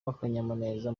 n’akanyamuneza